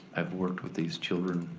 i've worked with these children,